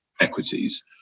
equities